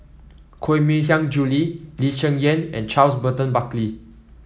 Koh Mui Hiang Julie Lee Cheng Yan and Charles Burton Buckley